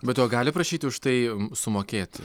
bet o gali prašyti už tai sumokėti